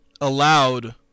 allowed